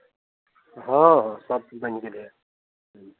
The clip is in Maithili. हँ सभ बनि गेलैए